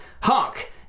hark